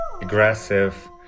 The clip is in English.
aggressive